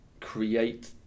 create